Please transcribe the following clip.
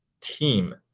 team